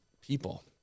people